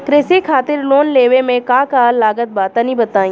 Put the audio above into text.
कृषि खातिर लोन लेवे मे का का लागत बा तनि बताईं?